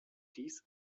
dies